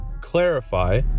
clarify